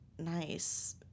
nice